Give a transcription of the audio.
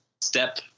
step